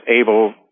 able